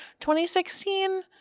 2016